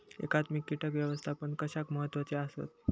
एकात्मिक कीटक व्यवस्थापन कशाक महत्वाचे आसत?